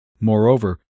Moreover